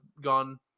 gone